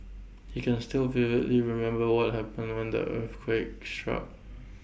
he can still vividly remember what happened when the earthquake struck